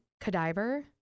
cadaver